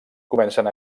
comencen